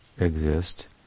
exist